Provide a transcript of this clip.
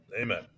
Amen